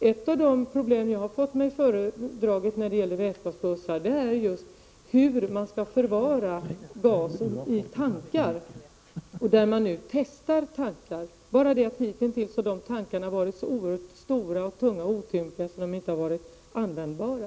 Ett av de problem som jag har fått mig föredraget är just hur man skall förvara gasen i tankar. Man testar nu tankar. Hitintills har de tankarna varit så oerhört stora och tunga och otympliga att de inte har varit användbara.